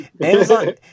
Amazon